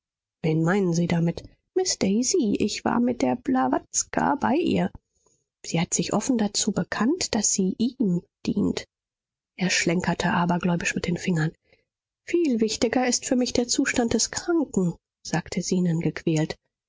wen meinen sie damit miß daisy ich war mit der blawatska bei ihr sie hat sich offen dazu bekannt daß sie ihm dient er schlenkerte abergläubisch mit den fingern viel wichtiger ist für mich der zustand des kranken sagte zenon gequält